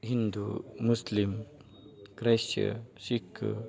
Hindu Muslim ಕ್ರೈಶ್ ಸಿಖ್